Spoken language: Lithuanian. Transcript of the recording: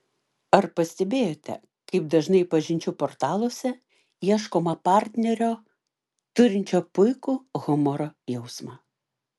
ar pastebėjote kaip dažnai pažinčių portaluose ieškoma partnerio turinčio puikų humoro jausmą